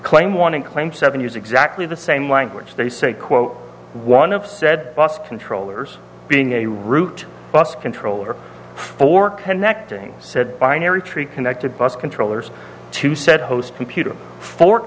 claim want to claim seven years exactly the same language they say quote one of said bus controllers being a root bus controller for connecting said binary tree connected bus controllers to said host computer for